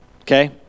Okay